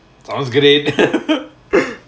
sounds great